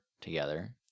together